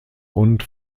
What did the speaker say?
und